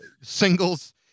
singles